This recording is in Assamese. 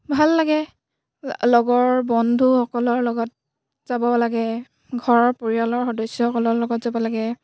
ভাল লাগে লগৰ বন্ধুসকলৰ লগত যাব লাগে ঘৰৰ পৰিয়ালৰ সদস্যসকলৰ লগত যাব লাগে